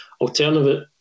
alternative